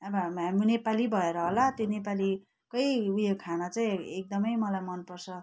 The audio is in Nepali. अब हामी हामी नेपाली भएर होला त्यो नेपालीकै उयो खाना चाहिँ एकदमै मलाई मनपर्छ